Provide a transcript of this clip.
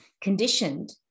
conditioned